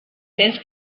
cents